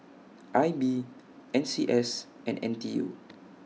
I B N C S and N T U